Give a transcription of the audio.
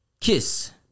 KISS